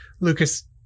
Lucas